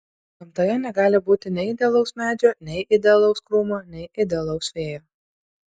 gamtoje negali būti nei idealaus medžio nei idealaus krūmo nei idealaus vėjo